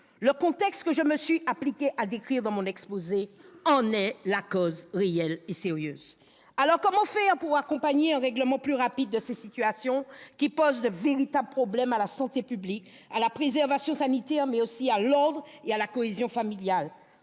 Le contexte que je me suis appliquée à décrire dans mon exposé en est la cause réelle et sérieuse. Alors, comment faire pour accompagner un règlement plus rapide de ces situations, qui posent de véritables problèmes à la santé publique, à la préservation sanitaire, mais aussi à l'ordre et à la cohésion familiale ?